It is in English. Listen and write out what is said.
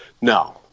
No